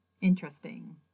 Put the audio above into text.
interesting